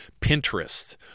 pinterest